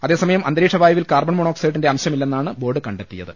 അതേസമയം അന്തരീക്ഷ വായുവിൽ കാർബൺ മോണോ ക്സൈഡിന്റെ അംശമില്ലെന്നാണ് ബോർഡ് കണ്ടെത്തിയത്